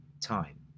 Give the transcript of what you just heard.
time